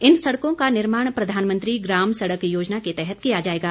इन सड़कों का निर्माण प्रधानमंत्री ग्राम सड़क योजना के तहत किया जाएगा